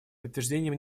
подтверждением